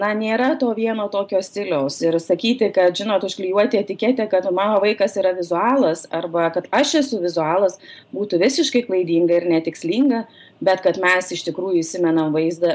na nėra to vieno tokio stiliaus ir sakyti kad žinot užklijuoti etiketę kad mano vaikas yra vizualas arba kad aš esu vizualas būtų visiškai klaidinga ir netikslinga bet kad mes iš tikrųjų įsimenam vaizdą